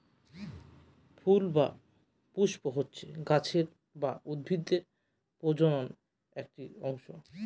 ফুল বা পুস্প হচ্ছে গাছের বা উদ্ভিদের প্রজনন একটি অংশ